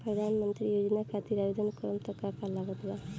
प्रधानमंत्री योजना खातिर आवेदन करे मे का का लागत बा?